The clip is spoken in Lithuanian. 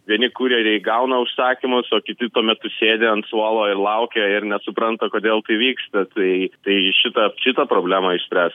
vieni kurjeriai gauna užsakymus o kiti tuo metu sėdi ant suolo ir laukia ir nesupranta kodėl kai vyksta tai tai šitą šitą problemą išspręs